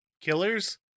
killers